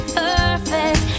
perfect